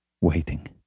waiting